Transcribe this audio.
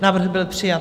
Návrh byl přijat.